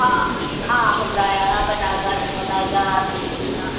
आ मुद्रायाः पताका पताका पताका